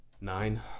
Nine